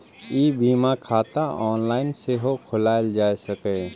ई बीमा खाता ऑनलाइन सेहो खोलाएल जा सकैए